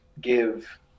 give